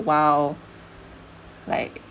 !wow! like